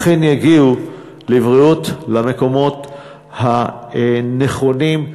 שאכן יגיעו למקומות הנכונים.